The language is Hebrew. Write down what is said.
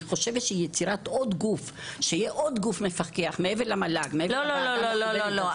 יצירת עוד גוף מפקח מעבר למל"ג -- לא, לא, לא.